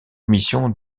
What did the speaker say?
missions